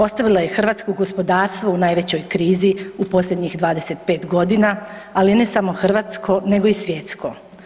Ostavila je hrvatsko gospodarstvo u najvećoj krizi u posljednjih 25 g. ali ne samo hrvatsko nego i svjetsko.